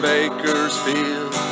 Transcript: Bakersfield